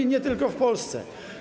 nie tylko w Polsce.